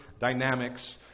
dynamics